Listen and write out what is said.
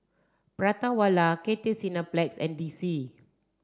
Prata Wala Cathay Cineplex and D C